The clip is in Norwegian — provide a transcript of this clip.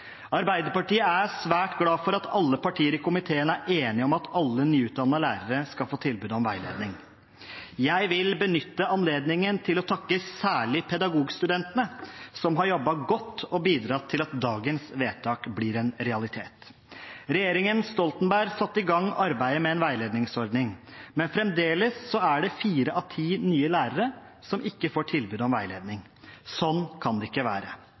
Arbeiderpartiet er svært glad for at alle partier i komiteen er enige om at alle nyutdannede lærere skal få tilbud om veiledning. Jeg vil benytte anledningen til å takke særlig Pedagogstudentene, som har jobbet godt og bidratt til at dagens vedtak blir en realitet. Regjeringen Stoltenberg satte i gang arbeidet med en veiledningsordning, men fremdeles er det fire av ti nye lærere som ikke får tilbud om veiledning. Sånn kan det ikke være.